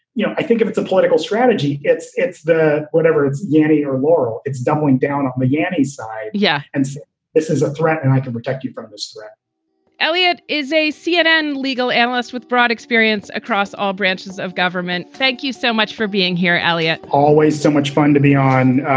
you know, i think if it's a political strategy, it's it's the whatever it's yenny or lorrel, it's doubling down on morganti side. yeah. and this is a threat. and i can protect you from this threat elliot is a cnn legal analyst with broad experience across all branches of government. thank you so much for being here, eliot always so much fun to be on.